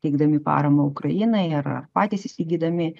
teikdami paramą ukrainai ir patys įsigydami